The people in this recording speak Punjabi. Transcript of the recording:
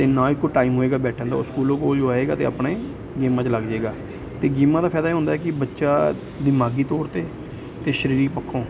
ਅਤੇ ਨਾ ਹੀ ਕੋਈ ਟਾਈਮ ਹੋਏਗਾ ਬੈਠਣ ਦਾ ਉਹ ਸਕੂਲੋਂ ਕੋਲਜੋ ਆਏਗਾ ਅਤੇ ਆਪਣੇ ਗੇਮਾਂ 'ਚ ਲੱਗ ਜਾਏਗਾ ਅਤੇ ਗੇਮਾਂ ਦਾ ਫਾਇਦਾ ਇਹ ਹੁੰਦਾ ਕਿ ਬੱਚਾ ਦਿਮਾਗੀ ਤੌਰ 'ਤੇ ਅਤੇ ਸਰੀਰ ਪੱਖੋਂ